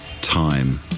time